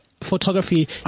Photography